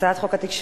הצעת חוק התקשורת